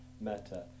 matter